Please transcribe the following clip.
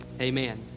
Amen